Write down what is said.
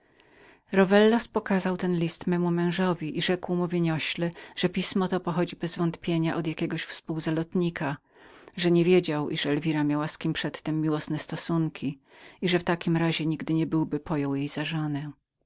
rowellas pokazał ten list memu mężowi i rzekł mu dumnie że pismo to musiało pochodzić od jakiego współzalotnika że niewiedział iżby elwira miała była z kim przedtem miłosne stosunki i że w takim razie nigdy nie byłby pojął jej za żonę